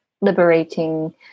liberating